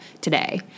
today